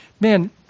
man